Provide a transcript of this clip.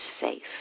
safe